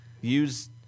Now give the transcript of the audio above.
Use